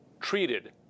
treated